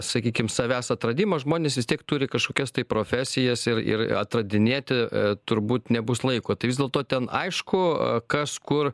sakykim savęs atradimą žmonės vis tiek turi kažkokias tai profesijas ir ir atradinėti turbūt nebus laiko tai vis dėlto ten aišku kas kur